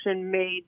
made